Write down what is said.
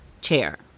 chair